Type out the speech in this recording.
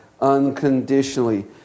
unconditionally